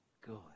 good